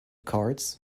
cards